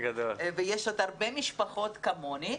יש עוד הרבה משפחות כמוני,